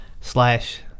slash